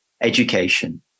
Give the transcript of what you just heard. education